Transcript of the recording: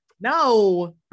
No